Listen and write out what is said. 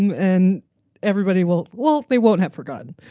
and everybody will well, they won't have forgotten,